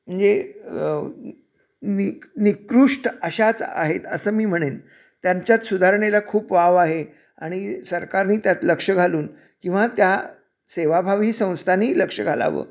म्हणजे नि निकृष्ट अशाच आहेत असं मी म्हणेन त्यांच्यात सुधारणेला खूप वाव आहे आणि सरकारने त्यात लक्ष घालून किंवा त्या सेवाभावी ही संस्थांनी लक्ष घालावं